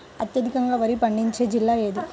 అత్యధికంగా వరి పండించే జిల్లా ఏది?